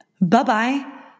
Bye-bye